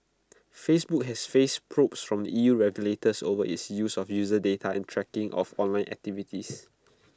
Facebook has faced probes from the E U regulators over its use of user data and tracking of online activities